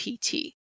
PT